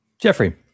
Jeffrey